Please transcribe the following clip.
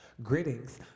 Greetings